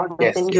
Yes